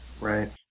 Right